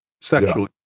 sexually